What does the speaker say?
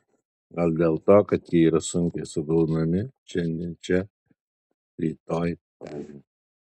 gal dėl to kad jie yra sunkiai sugaunami šiandien čia rytoj ten